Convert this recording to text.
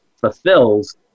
fulfills